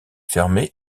fermé